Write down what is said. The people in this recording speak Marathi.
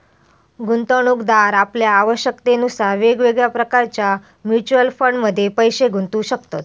गुंतवणूकदार आपल्या आवश्यकतेनुसार वेगवेगळ्या प्रकारच्या म्युच्युअल फंडमध्ये पैशे गुंतवू शकतत